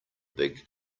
big